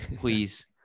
please